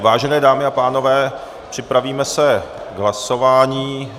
Vážené dámy a pánové, připravíme se k hlasování.